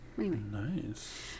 Nice